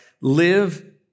live